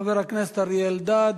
חבר הכנסת אריה אלדד.